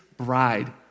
Bride